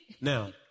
Now